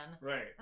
Right